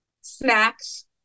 snacks